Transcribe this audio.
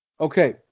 Okay